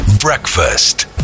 Breakfast